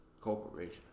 corporation